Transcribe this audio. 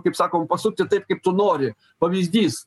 kaip sakom pasukti taip kaip tu nori pavyzdys